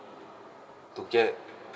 to get